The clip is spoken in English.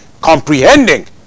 comprehending